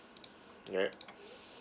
right